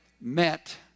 met